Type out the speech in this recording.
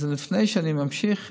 אז לפני שאני ממשיך,